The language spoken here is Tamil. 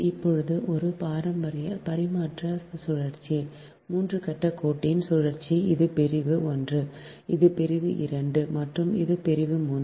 இப்போது இது பரிமாற்ற சுழற்சி 3 கட்டக் கோட்டின் சுழற்சி இது பிரிவு 1 இது பிரிவு 2 மற்றும் இது பிரிவு 3